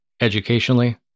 educationally